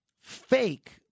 fake